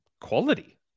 quality